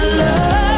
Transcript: love